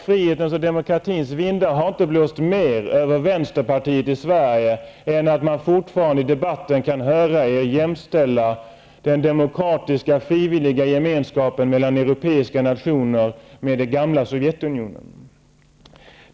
Frihetens och demokratins vindar har inte blåst mer över Vänsterpartiet i Sverige än att man fortfarande i debatten kan höra er jämställa den demokratiska frivilliga gemenskapen mellan europeiska nationer med det gamla Sovjetunionen.